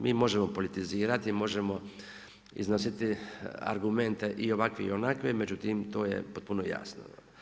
Mi možemo politizirati, možemo iznositi argumente i ovakve i onakve, međutim to je potpuno jasno.